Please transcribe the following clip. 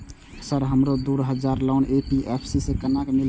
Sir हमरो दूय हजार लोन एन.बी.एफ.सी से केना मिलते?